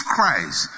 Christ